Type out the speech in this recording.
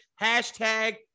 Hashtag